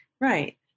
Right